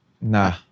Nah